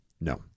No